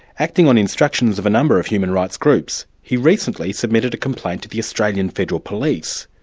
acting on instructions of a number of human rights groups, he recently submitted a complaint to the australian federal police,